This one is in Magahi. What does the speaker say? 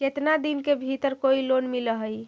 केतना दिन के भीतर कोइ लोन मिल हइ?